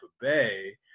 Bay